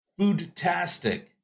Foodtastic